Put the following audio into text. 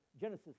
Genesis